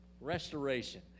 Restoration